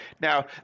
Now